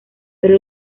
pero